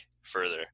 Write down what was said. further